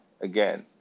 again